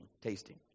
tasting